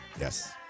Yes